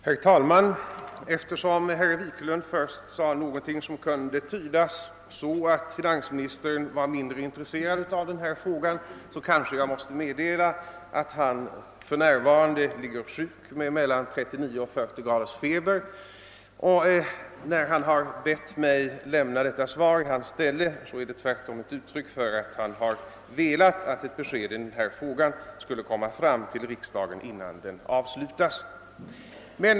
Herr talman! Eftersom herr Wiklund först sade någonting som kunde tydas så att finansministern skulle vara mindre intresserad av denna fråga, måste jag kanske meddela att han för närvarande ligger sjuk i mellan 39 och 40 graders feber. När han bett mig att i hans ställe lämna detta svar, är detta tvärtom ett uttryck för att han har velat att ett besked i denna fråga skulle komma fram till riksdagen innan denna avslutas.